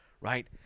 right